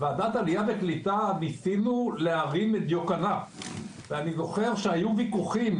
בוועדת עלייה וקליטה ניסינו להרים את הרף ואני זוכר שהיו ויכוחים